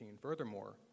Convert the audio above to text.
Furthermore